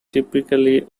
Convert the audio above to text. typically